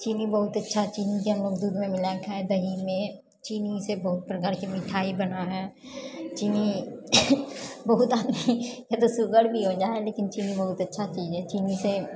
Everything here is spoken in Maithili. चीनी बहुत अच्छा चीनीके हमलोग दूधमे मिलए कऽ खाइ हियै चीनीके दहीमे चीनी से बहुत प्रकारके मिठाइ बनऽ है चीनी बहुत आदमीके तऽ सुगर भी हो जा है लेकिन चीनी बहुत अच्छा चीज है चीनी से